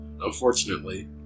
unfortunately